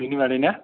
बिनि बादै ना